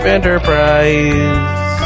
Enterprise